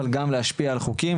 אבל גם להשפיע על חוקים,